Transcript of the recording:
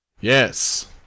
yes